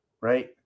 right